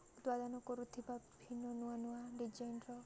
ଉତ୍ପାଦନ କରୁଥିବା ବିଭିନ୍ନ ନୂଆ ନୂଆ ଡିଜାଇନ୍ର